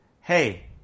hey